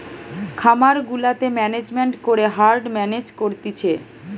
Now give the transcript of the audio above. খামার গুলাতে ম্যানেজমেন্ট করে হার্ড মেনেজ করতিছে